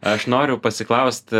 aš noriu pasiklaust